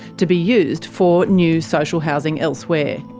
to be used for new social housing elsewhere.